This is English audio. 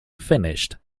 finished